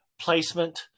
placement